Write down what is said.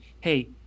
hey